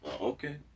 okay